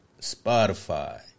Spotify